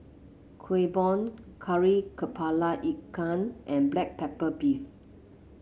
Kueh Bom Kari kepala Ikan and Black Pepper Beef